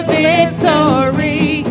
victory